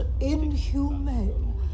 inhumane